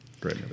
Great